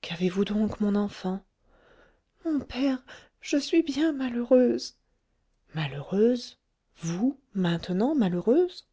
qu'avez-vous donc mon enfant mon père je suis bien malheureuse malheureuse vous maintenant malheureuse